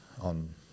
on